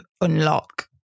unlock